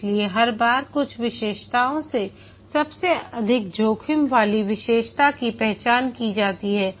इसलिए हर बार कुछ विशेषताओं में सबसे अधिक जोखिम वाली विशेषता की पहचान की जाती है